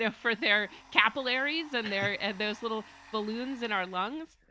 ah for their capillaries and their at those little balloons in our lungs?